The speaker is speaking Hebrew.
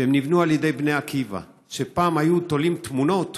שנבנו על ידי בני עקיבא, שפעם היו תולים תמונות